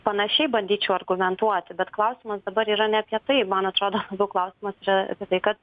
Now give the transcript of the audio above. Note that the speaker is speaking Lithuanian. panašiai bandyčiau argumentuoti bet klausimas dabar yra ne apie tai man atrodo labiau klausimas čia tai kad